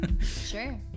sure